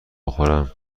بخورم